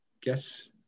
Guess